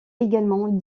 également